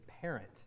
parent